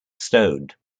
stoned